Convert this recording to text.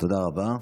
תודה רבה.